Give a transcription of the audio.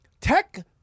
tech